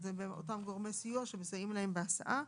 זה אותם גורמי סיוע שמסייעים להם בהסעה,